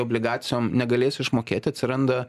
obligacijom negalėsi išmokėti atsiranda